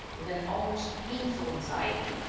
with an almost painful anxiety.